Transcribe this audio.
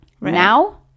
Now